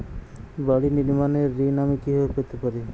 বাড়ি নির্মাণের ঋণ আমি কিভাবে পেতে পারি?